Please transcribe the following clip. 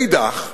מאידך גיסא,